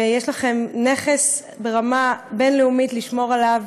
ויש לכם נכס ברמה בין-לאומית, לשמור עליו.